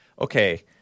Okay